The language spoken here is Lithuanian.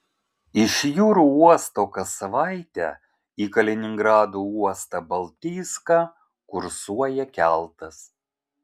iš jūrų uosto kas savaitę į kaliningrado uostą baltijską kursuoja keltas